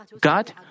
God